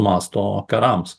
masto karams